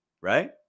right